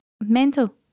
Mental